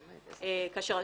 כאשר,